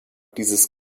dieses